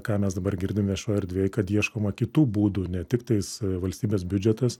ką mes dabar girdim viešojoj erdvėj kad ieškoma kitų būdų ne tik tais valstybės biudžetas